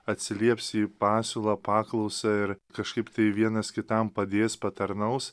atsiliepsi į pasiūlą paklausą ir kažkaip tai vienas kitam padės patarnaus